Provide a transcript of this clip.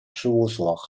事务所